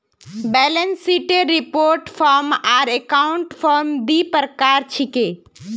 balance शीटेर report form आर account form दी प्रकार छिके